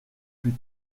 plus